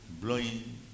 blowing